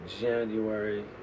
January